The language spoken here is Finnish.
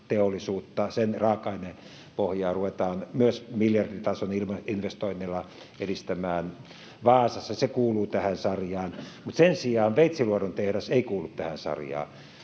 akkuteollisuutta, sen raaka-ainepohjaa, ruvetaan myös miljarditason investoinneilla edistämään Vaasassa, kuuluu tähän sarjaan. Mutta sen sijaan Veitsiluodon tehdas ei kuulu tähän sarjaan.